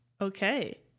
Okay